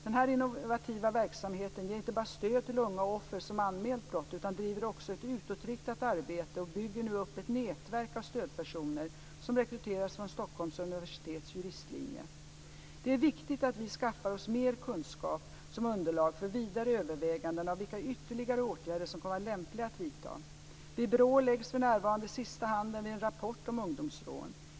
Denna innovativa verksamhet ger inte bara stöd till unga offer som anmält brott utan driver också ett utåtriktat arbete och bygger nu upp ett nätverk av stödpersoner, som rekryteras från Stockholms universitets juristlinje. Det är viktigt att vi skaffar oss mer kunskap som underlag för vidare överväganden av vilka ytterligare åtgärder som kan vara lämpliga att vidta. Vid BRÅ läggs för närvarande sista handen vid en rapport om ungdomsrån.